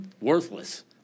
worthless